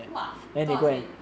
!wah! 多少钱